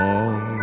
Long